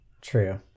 True